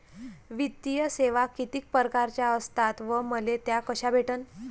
वित्तीय सेवा कितीक परकारच्या असतात व मले त्या कशा भेटन?